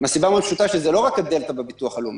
מהסיבה המאוד פשוטה שזה לא רק הדלתא בביטוח הלאומי,